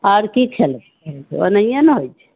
आर की खेलबहो ओनाहिए ने होइ छै